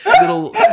Little